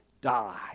die